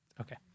Okay